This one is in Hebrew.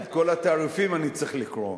את כל התעריפים אני צריך לקרוא.